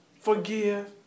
forgive